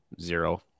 Zero